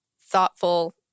thoughtful